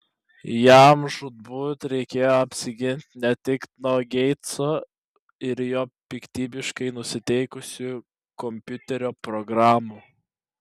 jam žūtbūt reikėjo apsiginti ne tik nuo geitso ir jo piktybiškai nusiteikusių kompiuterio programų